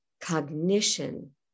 cognition